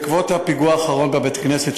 בעקבות הפיגוע האחרון בבית-הכנסת,